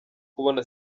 kubona